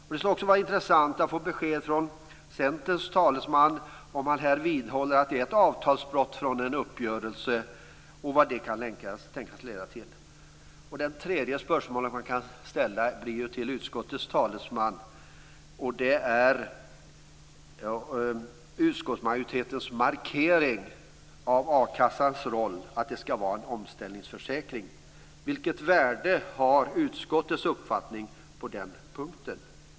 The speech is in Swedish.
Det skulle också vara intressant att få ett besked från Centerns talesman här om han vidhåller att det är ett avtalsbrott från en uppgörelse och vad det kan tänkas leda till. Det tredje spörsmålet är till utskottets talesman i fråga om utskottsmajoritetens markering av att a-kassan skall vara en omställningsförsäkring: Vilket värde har utskottets skrivning på den punkten?